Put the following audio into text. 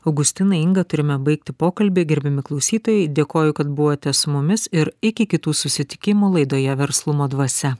augustinai inga turime baigti pokalbį gerbiami klausytojai dėkoju kad buvote su mumis ir iki kitų susitikimų laidoje verslumo dvasia